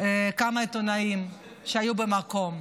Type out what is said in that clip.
כמה עיתונאים שהיו במקום.